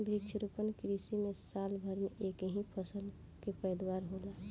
वृक्षारोपण कृषि में साल भर में एक ही फसल कअ पैदावार होला